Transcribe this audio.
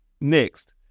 next